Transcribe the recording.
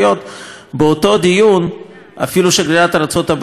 באותו דיון אפילו שגרירת ארצות-הברית לא יכלה שלא